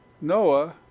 Noah